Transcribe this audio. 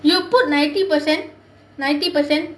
you put ninety percent ninety percent